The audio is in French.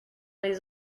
les